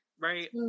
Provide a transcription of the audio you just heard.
Right